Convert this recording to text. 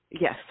Yes